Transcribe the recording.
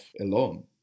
alone